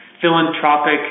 philanthropic